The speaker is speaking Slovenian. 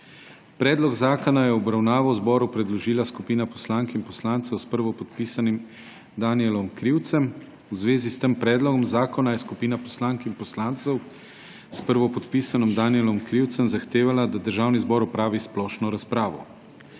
Predlog zakona je v obravnavo zboru predložila skupina poslank in poslancev s prvopodpisanim Danijelom Krivcem. V zvezi s tem predlogom zakona je skupina poslank in poslancev s prvopodpisanim Danijelom Krivcem zahtevala, da Državni zbor opravi splošno razpravo.